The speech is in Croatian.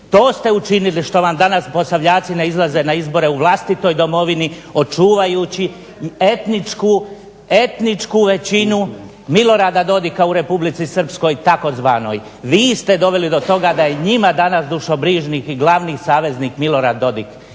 To ste učinili što vam danas posavljaci ne izlaze na izbore u vlastitoj domovini očuvajući etničku većinu Milorada Dodika u Republici Srpskoj takozvanoj. Vi ste doveli do toga da je njima danas dušobrižnik i glavni saveznik Milorad Dodik.